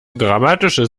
dramatische